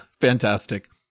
fantastic